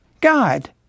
God